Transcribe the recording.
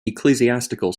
ecclesiastical